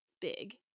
big